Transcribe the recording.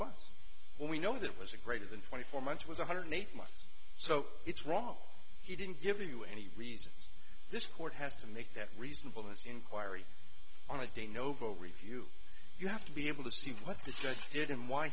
months when we know that was a greater than twenty four months was one hundred eight months so it's wrong he didn't give you any reason this court has to make that reasonableness inquiry on a day novo review you have to be able to see what the judge did and why